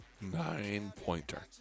Nine-pointer